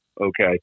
okay